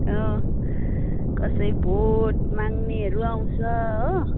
अँ कसै भोट माग्नेहरू आउँछ हो